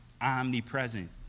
omnipresent